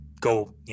go